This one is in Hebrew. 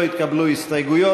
לא התקבלו הסתייגויות.